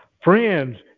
Friends